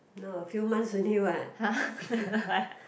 no a few months only what